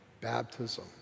baptism